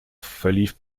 verlief